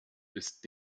ist